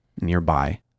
nearby